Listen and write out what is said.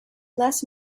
less